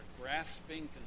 grasping